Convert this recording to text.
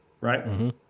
right